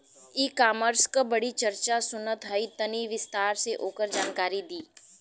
ई कॉमर्स क बड़ी चर्चा सुनात ह तनि विस्तार से ओकर जानकारी दी?